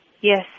yes